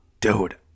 dude